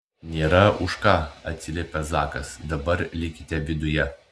nėra už ką atsiliepė zakas dabar likite viduje